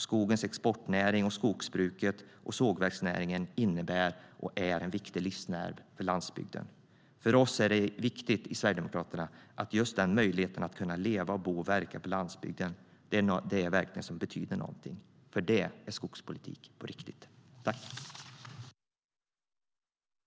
Skogens exportnäring, skogsbruket och sågverksnäringen är en viktig livsnerv för landsbygden. För oss i Sverigedemokraterna är det just möjligheten att leva, bo och verka på landsbygden som verkligen betyder något, för det är skogspolitik på riktigt.